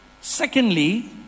Secondly